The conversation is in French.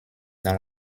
dans